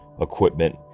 equipment